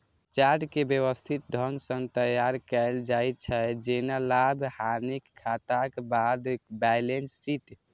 chart कें व्यवस्थित ढंग सं तैयार कैल जाइ छै, जेना लाभ, हानिक खाताक बाद बैलेंस शीट